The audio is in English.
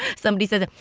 somebody said that.